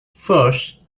first